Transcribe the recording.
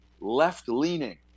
left-leaning